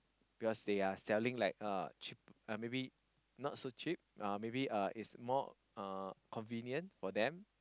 because they are selling like uh cheap uh maybe not so cheap uh maybe uh is more uh convenient for them